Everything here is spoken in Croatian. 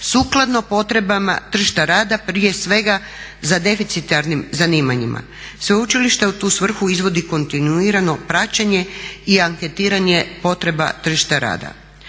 sukladno potreba tržišta rada, prije svega za deficitarnim zanimanjima. Sveučilište u tu svrhu izvodi kontinuirano praćenje i anketiranje potreba tržišta rada.